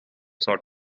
sort